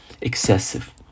excessive